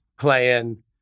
playing